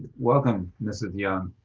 welcome, ms. young.